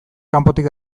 kanpotik